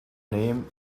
name